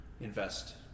invest